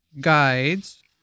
guides